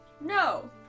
no